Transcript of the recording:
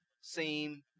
seem